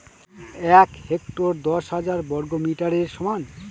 এক হেক্টর দশ হাজার বর্গমিটারের সমান